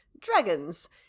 dragons